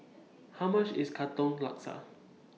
How much IS Katong Laksa